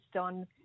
on